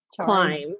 climb